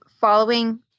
following